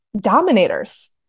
dominators